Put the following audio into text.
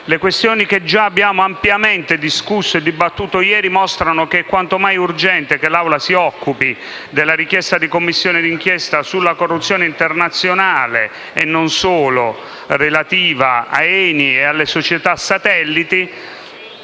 Le questioni che già abbiamo ampiamente discusso e dibattuto ieri mostrano che è quanto mai urgente che l'Assemblea si occupi della richiesta di istituire una Commissione di inchiesta sulla corruzione internazionale (e non solo) relativa all'ENI e alle società satelliti.